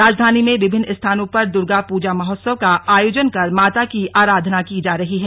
राजधानी में विभिन्न स्थानों पर दुर्गा पूजा महोत्सव का आयोजन कर माता की अराधना की जा रही है